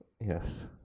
Yes